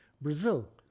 Brazil